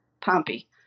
Pompey